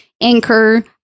Anchor